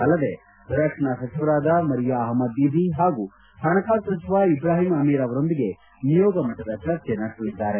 ಅಲ್ಲದೆ ರಕ್ಷಣಾ ಸಚಿವರಾದ ಮರಿಯಾ ಅಹಮದ್ ದೀದಿ ಹಾಗೂ ಹಣಕಾಸು ಸಚಿವ ಇಬ್ರಾಹಿಂ ಅಮೀರ್ ಅವರೊಂದಿಗೆ ನಿಯೋಗ ಮಟ್ಟದ ಚರ್ಚೆ ನಡೆಸಲಿದ್ದಾರೆ